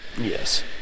Yes